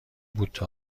بوته